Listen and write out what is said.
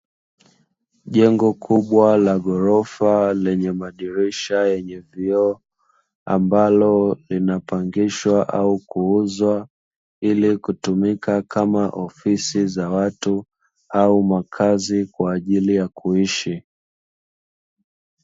Jengo kubwa la ghorofa lenye madirisha yenye vioo ambalo linapangishwa au kuuzwa, ili kutumika kama ofisi za watu au makazi kwa ajili ya kuishi.